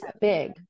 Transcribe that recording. big